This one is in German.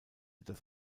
das